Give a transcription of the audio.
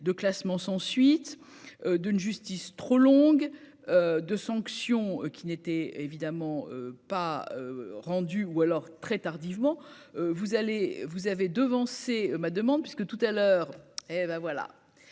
de classement sans suite d'une justice trop longue de sanctions qui n'était évidemment pas rendu ou alors très tardivement, vous allez vous avez devancé ma demande, parce que tout à l'heure, hé ben voilà,